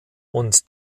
und